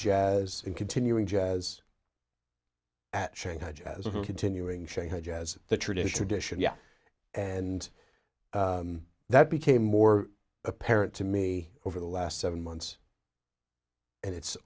jazz in continuing jazz at shanghai jazz continuing shanghai jazz the traditional edition yeah and that became more apparent to me over the last seven months and it's